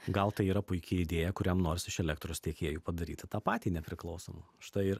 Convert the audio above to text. gal tai yra puiki idėja kuriam nors iš elektros tiekėjų padaryti tą patį nepriklausomą štai ir